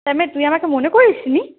তার মানে তুই আমাকে মনে করিসনি